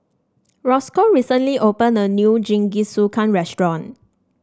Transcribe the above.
Rosco recently opened a new Jingisukan restaurant